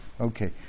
okay